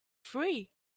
free